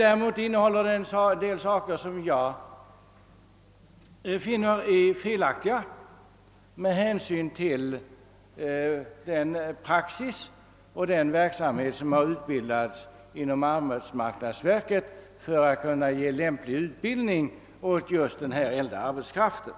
Däremot innehåller det särskilda yttrandet en del punkter som jag finner vara felaktiga med hänsyn till den praxis som har utbildats inom arbetsmarknadsverket när det gäller verksamheten för att ge lämplig utbildning åt den äldre arbetskraften.